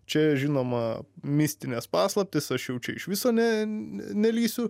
čia žinoma mistinės paslaptys aš jau čia iš viso ne nelįsiu